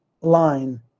line